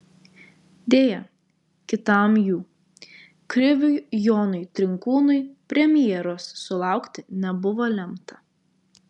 deja kitam jų kriviui jonui trinkūnui premjeros sulaukti nebuvo lemta